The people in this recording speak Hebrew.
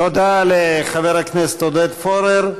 תודה לחבר הכנסת עודד פורר.